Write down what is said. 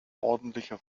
ordentliche